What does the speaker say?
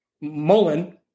Mullen